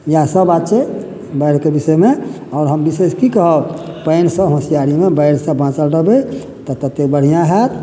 इएह सब आ छै बाढ़िके विषयमे आओर हम विशेष की कहब पानि सऽ होसियारीमे बाढ़ि सऽ बाँचल रहबै तऽ कते बढ़िऑं होयत